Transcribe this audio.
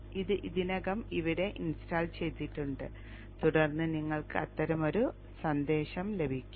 ഇത് ഇതിനകം ഇവിടെ ഇൻസ്റ്റാൾ ചെയ്തിട്ടുണ്ട് തുടർന്ന് നിങ്ങൾക്ക് അത്തരമൊരു സന്ദേശം ലഭിക്കും